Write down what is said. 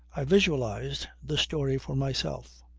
i visualized the story for myself.